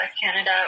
Canada